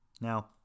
Now